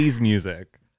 music